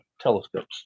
telescopes